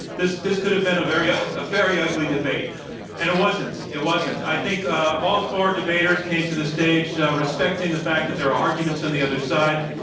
this this could have been a very ah ah very ugly debate and it wasn't. it wasn't. i think all four debaters came to the stage respecting the fact that there are arguments on the other side.